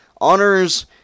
Honors